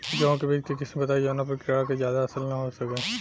गेहूं के बीज के किस्म बताई जवना पर कीड़ा के ज्यादा असर न हो सके?